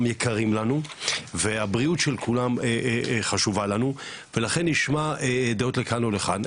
יקרים לנו והבריאות של כולם חשובה לנו ולכן נשמע דעות לכאן,